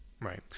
right